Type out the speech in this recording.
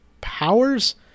powers